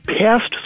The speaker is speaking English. past